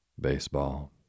baseball